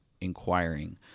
inquiring